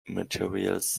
materials